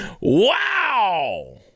Wow